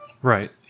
Right